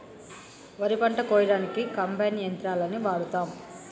వరి పంట కోయడానికి కంబైన్ యంత్రాలని వాడతాం